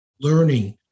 Learning